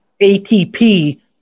ATP